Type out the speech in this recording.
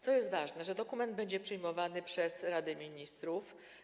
Co ważne, dokument będzie przyjmowany przez Radę Ministrów.